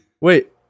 Wait